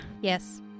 Yes